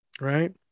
right